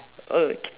oh